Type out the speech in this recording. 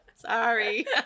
Sorry